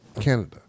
Canada